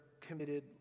committed